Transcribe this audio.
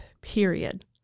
Period